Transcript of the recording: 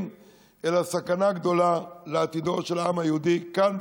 אלא סכנה גדולה לעתידו של העם היהודי כאן,